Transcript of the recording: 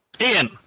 ian